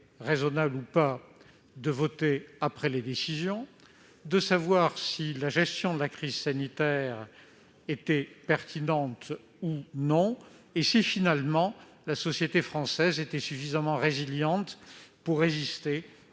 raisonnable ou pas de voter après les décisions, si la gestion de la crise sanitaire était pertinente ou non et si finalement la société française était suffisamment résiliente pour résister